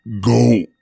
Go